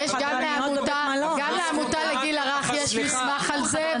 גם בעמותה לגיל הרך יש מסמך על זה.